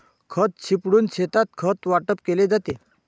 खत शिंपडून शेतात खत वाटप केले जाते